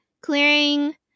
Clearing